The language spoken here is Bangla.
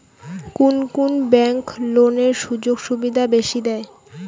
কুন কুন ব্যাংক লোনের সুযোগ সুবিধা বেশি দেয়?